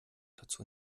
dazu